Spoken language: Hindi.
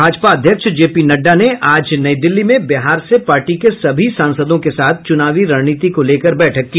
भाजपा अध्यक्ष जे पी नड्डा ने आज नई दिल्ली में बिहार से पार्टी के सभी सांसदों के साथ चुनावी रणनीति को लेकर बैठक की